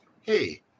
Hey